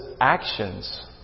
actions